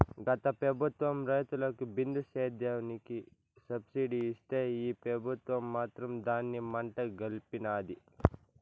గత పెబుత్వం రైతులకి బిందు సేద్యానికి సబ్సిడీ ఇస్తే ఈ పెబుత్వం మాత్రం దాన్ని మంట గల్పినాది